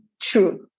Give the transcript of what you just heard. true